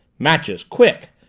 matches, quick!